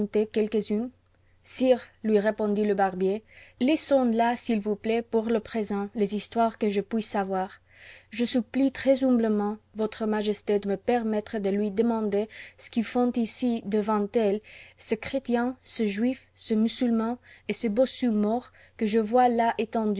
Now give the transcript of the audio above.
sire lui répondit le barbier taissons ià s'il vous p a t pour le présent les histoires que je puis savoir je supplie très humblement votre majesté de me permettre de lui demander ce que font ici devant elle ce chrétien ce juif ce musulman et ce bossu mort que je vois à